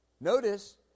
notice